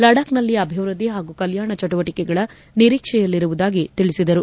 ಲಡಾಕ್ನಲ್ಲಿ ಅಭಿವೃದ್ದಿ ಹಾಗೂ ಕಲ್ಕಾಣ ಚಟುವಟಿಕೆಗಳ ನಿರೀಕ್ಷೆಯಲ್ಲಿರುವುದಾಗಿ ತಿಳಿಸಿದರು